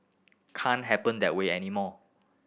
can't happen that way anymore